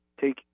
Take